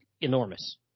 enormous